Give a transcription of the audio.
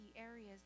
areas